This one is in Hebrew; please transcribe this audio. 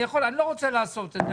אני יכול, אני לא רוצה לעשות את זה.